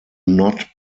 not